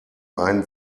einen